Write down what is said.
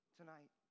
tonight